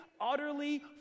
utterly